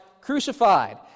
crucified